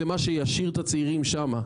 זה מה שישאיר את הצעירים שם,